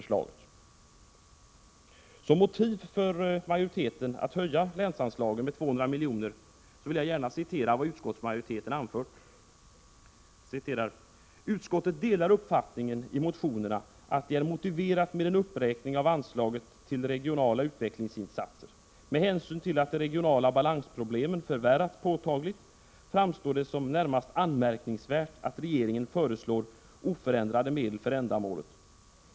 Som motiv för majoritetens förslag att höja länsanslaget med 200 milj.kr. vill jag gärna citera vad utskottsmajoriteten anfört: ”Utskottet delar uppfattningen i motionerna att det är motiverat med en uppräkning av anslaget till regionala utvecklingsinsatser. Med hänsyn till att de regionala balansproblemen förvärrats påtagligt framstår det som närmast anmärkningsvärt att regeringen föreslår oförändrade medel för ändamålet.